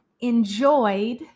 enjoyed